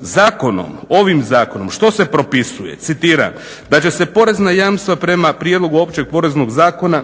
Zakonom, ovim zakonom što se propisuje? Citiram, "Da će se porezna jamstva prema prijedlogu Općeg poreznog zakona